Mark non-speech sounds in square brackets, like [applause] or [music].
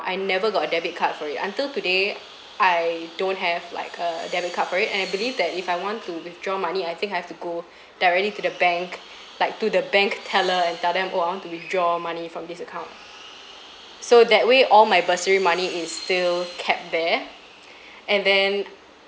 I never got a debit card for it until today I don't have like a debit card for it and I believe that if I want to withdraw money I think I have to go [breath] directly to the bank like to the bank teller and tell them oh I want to withdraw money from this account so that way all my bursary money is still kept there [breath] and then